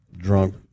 drunk